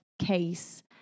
case